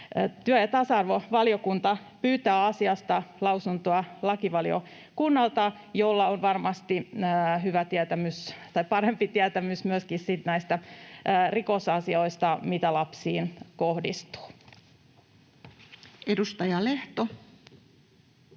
työ- ja tasa-arvovaliokunta pyytää asiasta lausuntoa myös lakivaliokunnalta, jolla on varmasti hyvä tietämys — tai parempi tietämys — myöskin sitten näistä rikosasioista, mitä lapsiin kohdistuu. Edustaja Lehto.